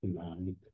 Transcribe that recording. tonight